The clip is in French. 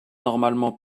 normalement